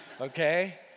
Okay